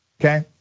Okay